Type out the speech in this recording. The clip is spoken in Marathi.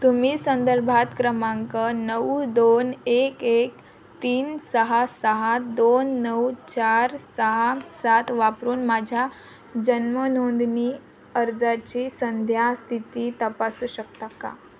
तुम्ही संदर्भात क्रमांक नऊ दोन एक एक तीन सहा सहा दोन नऊ चार सहा सात वापरून माझ्या जन्मनोंदणी अर्जाची सद्यस्थिती तपासू शकता का